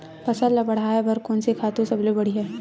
फसल ला बढ़ाए बर कोन से खातु सबले बढ़िया हे?